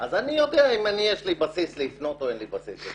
אז אני יודע אם יש לי בסיס לפנות או אין לי בסיס לפנות.